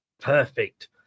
Perfect